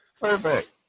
Perfect